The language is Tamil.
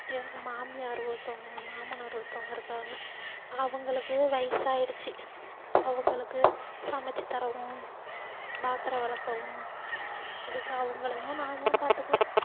எனக்கு மாமியார் ஒருத்தவங்கள் மாமனார் ஒருத்தவங்கள் இருக்காங்க அவங்களுக்கு வயசு ஆயிடுச்சு அவங்களுக்கு சமைச்சுத் தரவும் பாத்திரம் விளக்கவும் இதுக்கு அவங்களையும் நான் தான் பார்த்துக்குவேன்